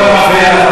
אני רוצה חיים.